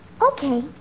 Okay